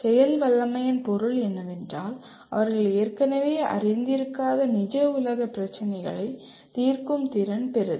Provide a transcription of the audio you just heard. செயல் வல்லமையின் பொருள் என்னவென்றால் அவர்கள் ஏற்கனவே அறிந்திருக்காத நிஜ உலக பிரச்சினைகளை தீர்க்கும் திறன் பெறுதல்